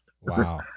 Wow